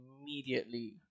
immediately